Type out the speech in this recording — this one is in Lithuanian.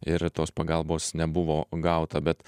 ir tos pagalbos nebuvo gauta bet